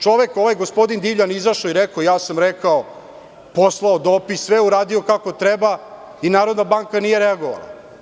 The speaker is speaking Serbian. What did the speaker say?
Čovek, ovaj gospodin Divljan, izašao je i rekao – ja sam rekao, poslao dopis, sve uradio kako treba i Narodna banka nije reagovala.